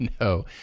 No